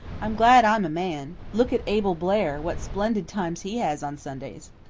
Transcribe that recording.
i'm glad i'm a man. look at abel blair, what splendid times he has on sundays.